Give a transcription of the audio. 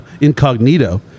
incognito